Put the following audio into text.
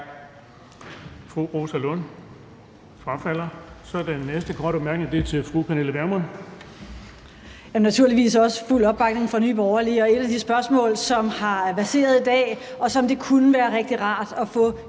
Fru Rosa Lund. Hun frafalder. Den næste korte bemærkning er til fru Pernille Vermund.